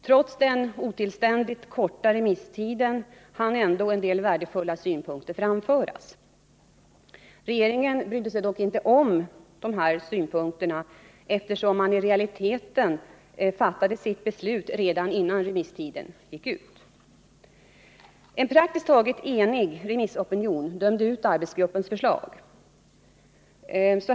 Trots den otillständigt korta remisstiden hann en del värdefulla synpunkter framföras. Regeringen brydde sig dock inte om att ta hänsyn till dessa synpunkter, eftersom man i realiteten fattat sitt beslut redan innan remisstiden gått ut. En praktiskt taget enig remissopinion dömde ut arbetsgruppens förslag. Bl.